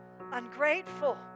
ungrateful